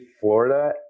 Florida